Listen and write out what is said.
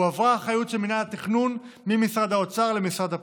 הועברה האחריות על מינהל התכנון ממשרד האוצר למשרד הפנים.